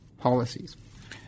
policies